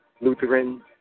Lutheran